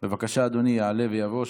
בבקשה, אדוני יעלה ויבוא.